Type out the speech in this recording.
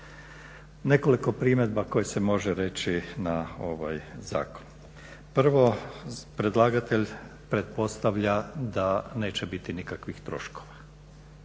Nekoliko primjedba koje se može reći na ovaj zakon. Prvo predlagatelj pretpostavlja da neće biti nikakvih troškova.